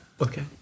okay